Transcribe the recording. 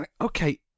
Okay